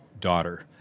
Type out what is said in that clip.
daughter